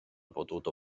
potuto